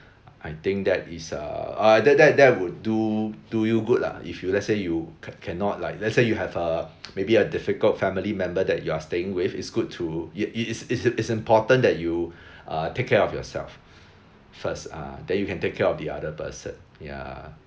I think that is a uh that that would do do you good lah if you let's say you ca~ cannot like let's say you have a maybe a difficult family member that you are staying with it's good to it it's it's it's important that you uh take care of yourself first uh then you can take care of the other person ya